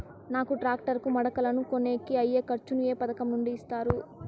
నాకు టాక్టర్ కు మడకలను కొనేకి అయ్యే ఖర్చు ను ఏ పథకం నుండి ఇస్తారు?